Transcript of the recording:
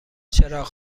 چراغ